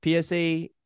PSA